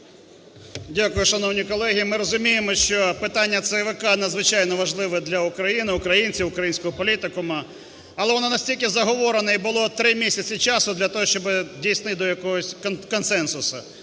Дякую, шановні колеги. Ми розуміємо, що питання ЦВК – надзвичайно важливе для України, українців, українського політикуму, але воно настільки заговорене, і було три місяці часу для того, щоби дійти до якогось консенсусу.